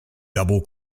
double